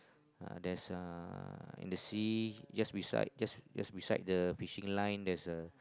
uh there's uh in the sea just beside just just beside the fishing line there's a